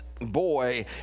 boy